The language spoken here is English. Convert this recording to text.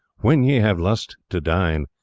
when ye have lust to dine,